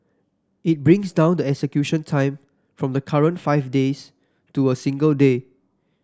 it brings down the execution time from the current five days to a single day